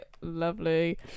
lovely